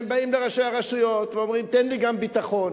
הם באים לראשי הרשויות ואומרים: תן לי גם ביטחון.